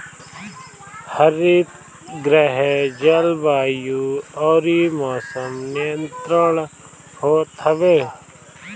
हरितगृह जलवायु अउरी मौसम नियंत्रित होत हवे